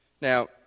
Now